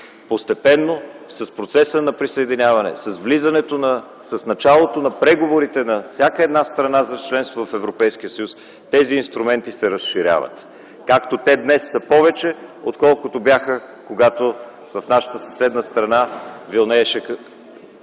Постепенно с процеса на присъединяване, с началото на преговорите на всяка една страна за членство в Европейския съюз, тези инструменти се разширяват, както те днес са повече, отколкото бяха, когато в нашата съседна страна вилнееше